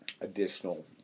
additional